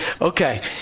Okay